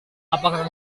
apakah